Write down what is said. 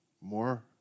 More